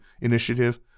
initiative